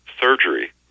surgery